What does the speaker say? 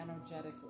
energetically